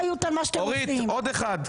אורית, עוד אחד.